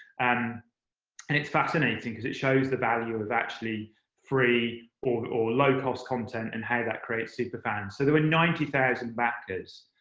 and and it's fascinating, cause it shows the value of actually free, or or low-cost, content, and how that creates superfans. so there were ninety thousand backers.